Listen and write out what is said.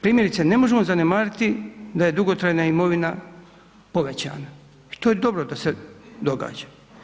Primjerice ne možemo zanemariti da je dugotrajna imovina povećana i to je dobro da se događa.